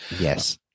Yes